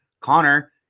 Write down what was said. Connor